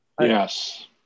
Yes